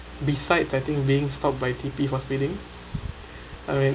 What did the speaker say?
besides I think being stopped by T_P for speeding I